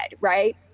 right